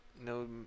no